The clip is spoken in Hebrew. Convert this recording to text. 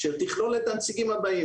אשר תכלול את הנציגים הבאים,